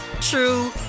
true